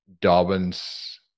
Dobbins